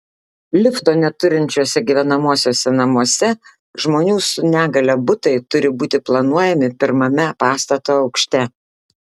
lifto neturinčiuose gyvenamuosiuose namuose žmonių su negalia butai turi būti planuojami pirmame pastato aukšte